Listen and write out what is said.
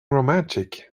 romantic